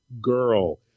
girl